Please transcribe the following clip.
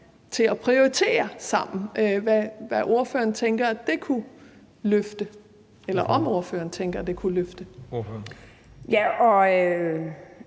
til at prioritere sammen, altså hvad ordføreren tænker det kunne løfte, eller om ordføreren tænker, at det kunne løfte noget.